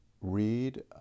read